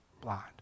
blind